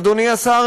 אדוני השר,